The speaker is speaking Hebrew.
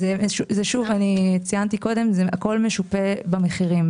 שוב - הכול משופה במחירים.